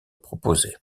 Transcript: proposée